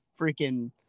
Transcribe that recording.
freaking